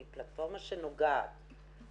היא אמרה שחברות שלה מהשכבה היו בזנות עד לא